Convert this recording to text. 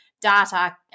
data